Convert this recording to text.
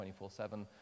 24/7